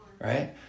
right